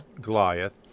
Goliath